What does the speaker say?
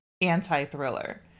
anti-thriller